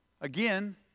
again